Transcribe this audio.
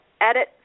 edit